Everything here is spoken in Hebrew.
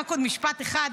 רק עוד משפט אחד,